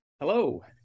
Hello